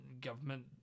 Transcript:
government